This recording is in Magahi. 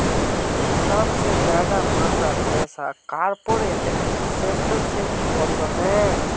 सबसे ज्यादा मात्रात पैसा कॉर्पोरेट सेक्टर से ही वोसोह